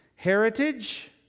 heritage